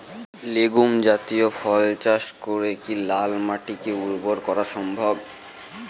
Legume জাতীয় ফসল চাষ করে কি লাল মাটিকে উর্বর করা সম্ভব?